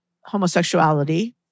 homosexuality